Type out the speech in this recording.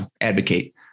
advocate